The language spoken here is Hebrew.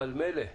אבל מילא,